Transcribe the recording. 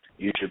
YouTube